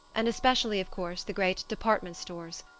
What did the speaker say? and especially, of course, the great department stores.